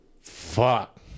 Fuck